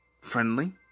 Friendly